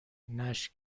نشت